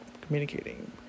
communicating